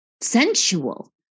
sensual